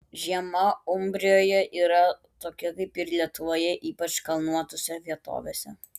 žiema umbrijoje yra tokia kaip ir lietuvoje ypač kalnuotose vietovėse